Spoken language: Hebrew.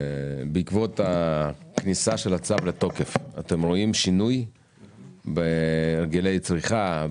האם בעקבות הכניסה של הצו לתוקף אתם רואים שינוי בהרגלי צריכה,